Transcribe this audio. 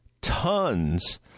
tons